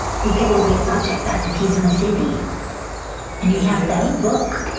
we could locate object that if he's in the city and he had that book,